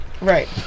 Right